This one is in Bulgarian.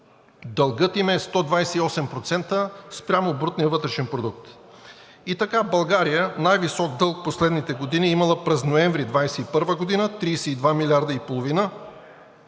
дългът им е 128% спрямо брутния вътрешен продукт. И така, България най-висок дълг в последните години е имала през ноември 2021 г. – 32,5 милиарда, през